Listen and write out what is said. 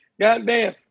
Goddamn